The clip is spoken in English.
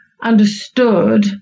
understood